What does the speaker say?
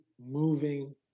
moving